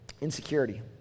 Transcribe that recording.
insecurity